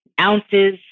ounces